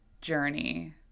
journey